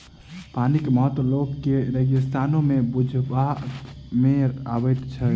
पानिक महत्व लोक के रेगिस्ताने मे बुझबा मे अबैत छै